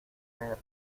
ver